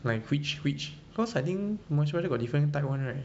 like which which cause I think moisturiser got different type [one] right